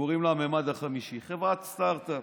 שקוראים לה המימד החמישי, חברת סטרטאפ,